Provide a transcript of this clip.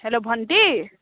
hello ভণ্টি